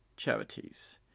charities